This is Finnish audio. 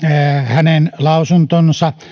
hänen lausuntonsa